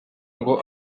ngo